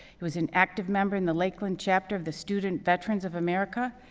he was an active member in the lakeland chapter of the student veterans of america,